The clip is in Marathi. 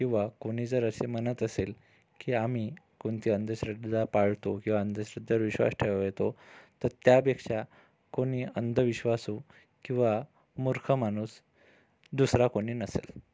किंवा कोणी जर असे म्हणत असेल की आम्ही कोणती अंधश्रद्धा पाळतो किंवा अंधश्रद्धेवर विश्वास ठेवतो तर त्यापेक्षा कोणी अंधविश्वासू किंवा मूर्ख माणूस दुसरा कोणी नसेल